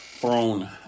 thrown